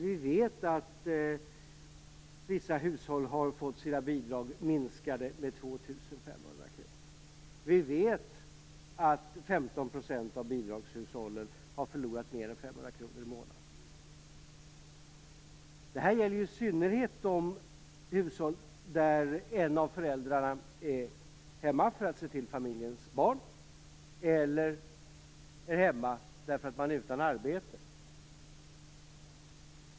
Vi vet att vissa hushåll har fått sina bidrag minskade med 2 500 kronor. Vi vet att 15 % av bidragshushållen har förlorat mer än 500 kronor i månaden. Det här gäller i synnerhet de hushåll där en av föräldrarna är hemma för att se till familjens barn eller är hemma därför att man är utan arbete.